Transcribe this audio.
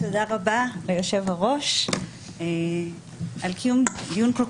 תודה רבה ליושב-ראש על קיום דיון כל